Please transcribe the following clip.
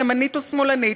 ימנית או שמאלנית,